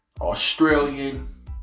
Australian